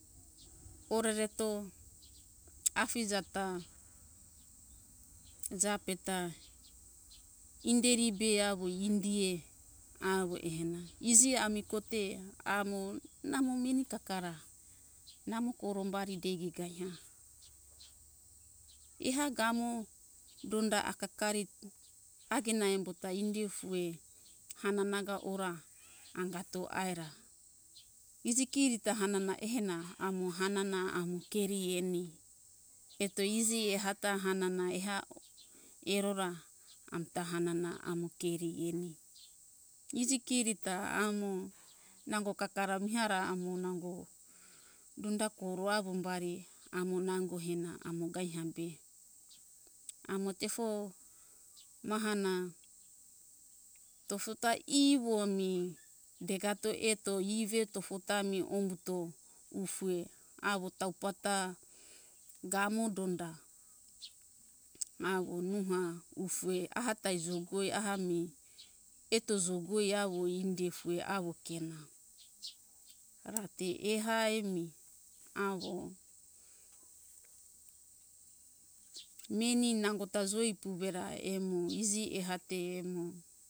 Orere to afija ta jafe ta inderi be avo indiue avo ehena iji ami kote amo namo meni kakara namo korombari degi gaiha eha gamo donda akari agena embo ta indi fue hanana ga ora angato aira iji keri ta hanana ehena amo hanana amo keri eni eto iji eha ta hanana eha erora ami ta hanana amo keri eni iji keri ta amo nango kakara nango dona koro avo umbari amo nango hena amo gaiha ena be amo tefo mahana tofo ta ivo ami degato eto iji tofo ta ami o umbuto fue avo taufa ta gamo donda avo noha ue aha ta jogue ami eto jogue avo indiue avo kena ra te eha emi avo meni nango ta joi puvera emo iji eha te emo.